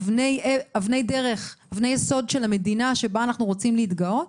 אבני יסוד של המדינה שבה אנחנו רוצים להתגאות,